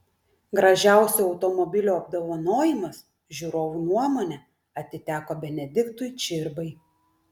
gražiausio automobilio apdovanojimas žiūrovų nuomone atiteko benediktui čirbai